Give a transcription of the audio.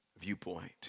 viewpoint